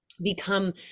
become